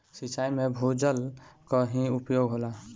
सिंचाई में भूजल क ही उपयोग होला